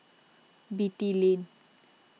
Beatty Lane